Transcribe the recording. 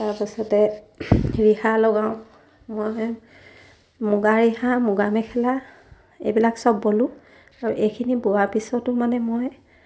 তাৰপাছতে ৰিহা লগাওঁ মই মুগা ৰিহা মুগা মেখেলা এইবিলাক সব বলোঁ আৰু এইখিনি বোৱাৰ পিছতো মানে মই